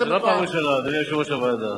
חיים, זו לא פעם ראשונה, אדוני יושב-ראש הוועדה.